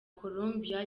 colombia